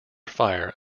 fire